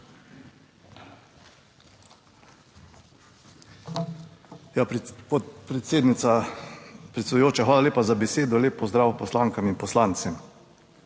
podpredsednica, predsedujoča, hvala lepa za besedo. Lep pozdrav poslankam in poslancem.